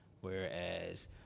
whereas